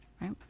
Right